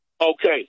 Okay